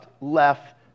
left